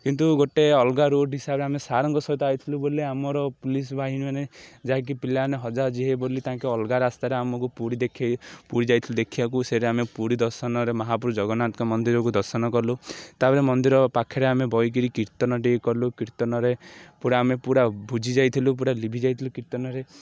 କିନ୍ତୁ ଗୋଟେ ଅଲଗା ରୁଟ୍ ହିସାବରେ ଆମେ ସାର୍ଙ୍କ ସହିତ ଆଇଥିଲୁ ବୋଲି ଆମର ପୋଲିସ୍ ଭାଇନମାନେେ ଯାହାକି ପିଲାମାନେ ହଜା ହଜି ହେବେ ବୋଲି ତାଙ୍କେ ଅଲଗା ରାସ୍ତରେ ଆମକୁ ପୁରୀ ଦେଖେଇ ପୁରୀ ଯାଇଥିଲୁ ଦେଖିବାକୁ ସେଇଠେ ଆମେ ପୁରୀ ଦର୍ଶନରେ ମହାପ୍ରଭୁ ଜଗନ୍ନାଥଙ୍କ ମନ୍ଦିରକୁ ଦର୍ଶନ କଲୁ ତା'ପରେ ମନ୍ଦିର ପାଖରେ ଆମେ ବହିକିରି କୀର୍ତ୍ତନ ଟିକେ କଲୁ କୀର୍ତ୍ତନରେ ପୁରା ଆମେ ପୁରା ବୁଜି ଯାଇଥିଲୁ ପୁରା ଲିଭିି ଯାଇଥିଲୁ କୀର୍ତ୍ତନରେ